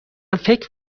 فکر